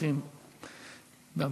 נוכחים במליאה.